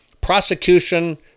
prosecution